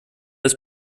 des